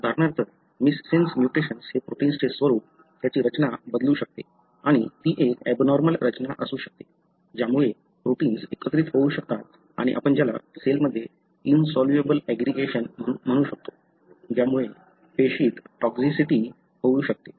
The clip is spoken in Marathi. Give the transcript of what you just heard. उदाहरणार्थ मिससेन्स म्युटेशन्स हे प्रोटिन्सचे स्वरूप त्याची रचना बदलू शकते आणि ती एक एबनॉर्मल रचना असू शकते ज्यामुळे प्रोटिन्स एकत्रित होऊ शकतात आणि आपण ज्याला सेलमध्ये इनसॉल्युबल ऍग्रीगेशन म्हणू शकता ज्यामुळे पेशीत टॉक्सिटी होऊ शकते